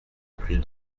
plus